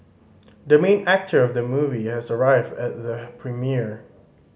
the main actor of the movie has arrived at the premiere